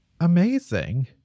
Amazing